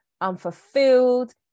unfulfilled